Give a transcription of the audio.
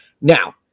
Now